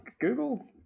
Google